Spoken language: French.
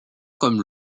comme